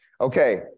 Okay